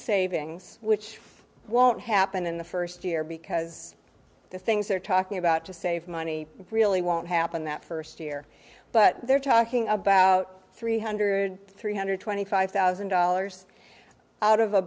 savings which won't happen in the first year because the things they're talking about to save money really won't happen that first year but they're talking about three hundred three hundred twenty five thousand dollars out of a